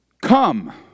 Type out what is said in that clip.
come